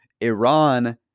Iran